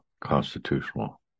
constitutional